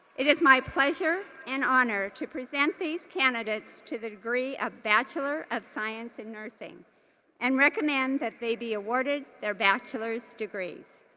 it is my pleasure and honor to present these candidates for the degree of bachelor of science in nursing and recommend that they be awarded their bachelor's degrees.